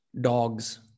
dogs